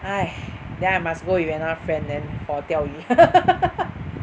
!hais! then I must go with another friend then for 钓鱼